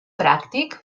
pràctic